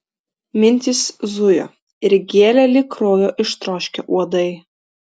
mintys zujo ir gėlė lyg kraujo ištroškę uodai